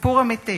סיפור אמיתי.